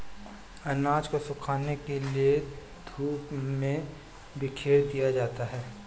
अनाज को सुखाने के लिए धूप में बिखेर दिया जाता है